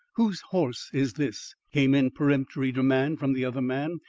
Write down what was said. whose horse is this? came in peremptory demand from the other man,